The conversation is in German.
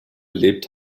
lebt